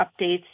updates